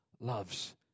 loves